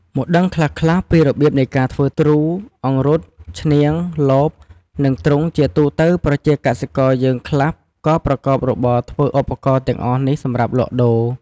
មកដឹងខ្លះៗពីរបៀបនៃការធ្វើទ្រូង អង្រុត ឈ្នាង លប និងទ្រុងជាទូទៅប្រជាកសិករយើងខ្លះក៏ប្រកបរបរធ្វើឧបករណ៍ទាំងអស់នេះសម្រាប់លក់ដូរ។